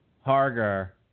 Harger